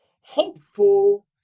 hopeful